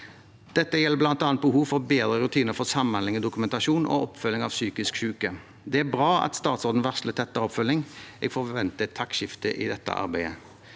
Dette gjelder bl.a. behov for bedre rutiner for samhandling og dokumentasjon og oppfølging av psykisk syke. Det er bra at statsråden varsler tettere oppfølging. Jeg forventer et taktskifte i dette arbeidet.